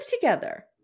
together